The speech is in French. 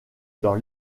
dans